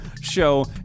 show